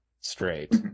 straight